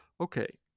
Okay